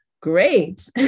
great